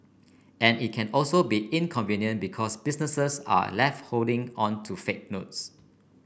and it can also be inconvenient because businesses are left holding on to fake notes